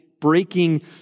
breaking